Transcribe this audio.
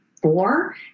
four